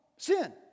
Sin